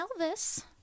Elvis